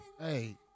Hey